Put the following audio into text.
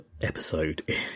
episode